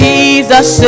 Jesus